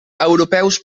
europeus